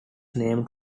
named